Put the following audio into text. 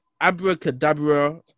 Abracadabra